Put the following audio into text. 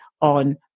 on